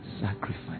sacrifice